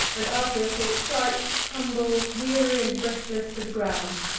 and, after a short flight, tumble weary and breathless to the ground.